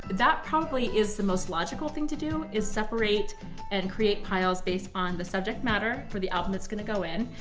that probably is the most logical thing to do, is separate and create piles based on the subject matter for the album it's going to go in,